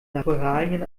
naturalien